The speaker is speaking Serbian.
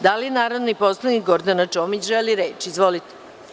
Da li narodni poslanik Gordana Čomić želi reč? (Da) Izvolite.